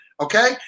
okay